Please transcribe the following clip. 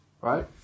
Right